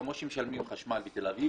כמו שמשלמים חשמל בתל-אביב,